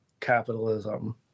capitalism